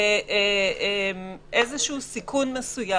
אבל איך שאני מבין, בית אוכל זה גם מסעדה וכתוב: